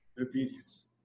obedience